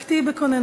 רק תהיי בכוננות.